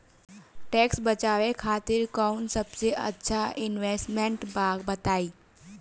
Tax बचावे खातिर कऊन सबसे अच्छा इन्वेस्टमेंट बा बताई?